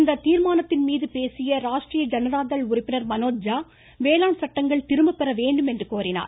இந்த தீர்மானத்தின் மீது பேசிய ராஷ்ட்ரீய ஜனதா தள் உறுப்பினர் மனோஜ் ஜா வேளாண் சட்டங்கள் திரும்பப் பெற வேண்டும் என்று கோரினார்